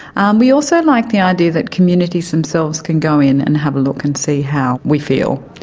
um we also like the idea that communities themselves can go in and have a look and see how we feel.